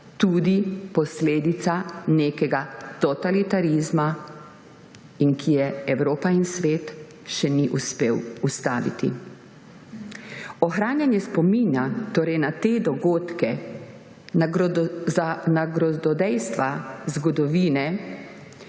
tudi posledica nekega totalitarizma in ki je Evropa in svet še nista uspela ustaviti. Ohranjanje spomina na te dogodke, na grozodejstva zgodovine